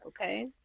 okay